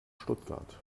stuttgart